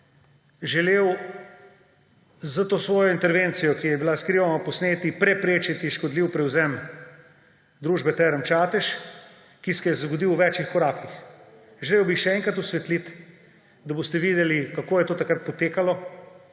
želel s to svojo intervencijo, ki je bila skrivoma, posneti, preprečiti škodljivi prevzem družbe Terme Čatež, ki se zgodil v več korakih. Želel bi jih še enkrat osvetliti, da boste videli, kako je to takrat potekalo